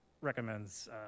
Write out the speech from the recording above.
recommends